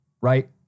right